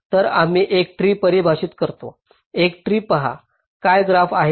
तर आम्ही एक ट्री परिभाषित करतो एक ट्री पहा काय ग्राफ आहे